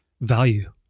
value